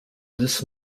this